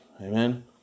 Amen